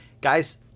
guys